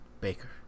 Baker